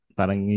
parang